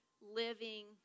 living